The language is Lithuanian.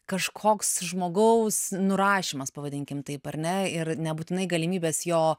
kažkoks žmogaus nurašymas pavadinkim taip ar ne ir nebūtinai galimybės jo